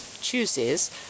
chooses